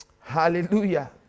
Hallelujah